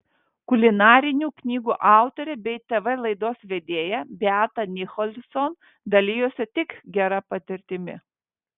kulinarinių knygų autorė bei tv laidos vedėja beata nicholson dalijosi tik gera patirtimi